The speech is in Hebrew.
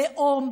לאום.